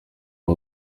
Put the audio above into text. rwa